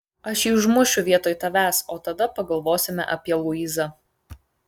aš jį užmušiu vietoj tavęs o tada pagalvosime apie luizą